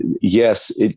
yes